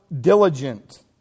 diligent